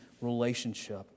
relationship